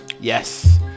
yes